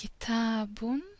Kitabun